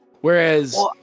Whereas